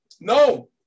No